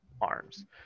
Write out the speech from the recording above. arms